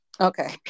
Okay